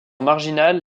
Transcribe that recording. marginale